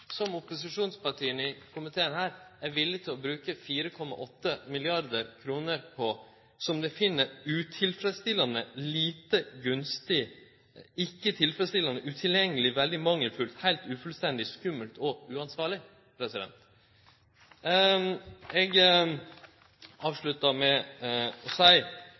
som opposisjonspartia i komiteen er villige til å bruke 4,8 mrd. kr på, som dei finn «utilfredsstillende», «lite gunstig», «ikke tilfredsstillende», «utilgjengelig», «svært mangelfullt», «ufullstendig», «skummelt» og «uansvarlig»? Eg avsluttar med å seie